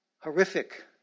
horrific